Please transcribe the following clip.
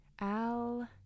Al